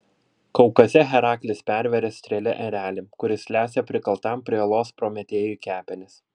kaukaze heraklis pervėrė strėle erelį kuris lesė prikaltam prie uolos prometėjui kepenis